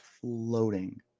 floating